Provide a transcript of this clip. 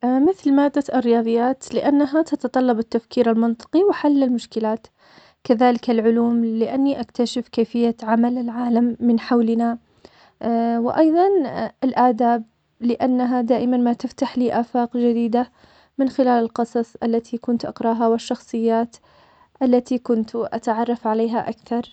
مثل مادة الرياضيات لأنها تتطلب التفكير المنطقي وحل المشكلات, كذلك العلوم لأني أكتشف كيفية عمل العالم من حولنا, وأيضاً الآداب لأنها دائماً ما تفتحلي آفاق جديدة’ من خلال القصص التي كنت أقرأها, والشخصيات التي كنت أتعرف عليها أكثر.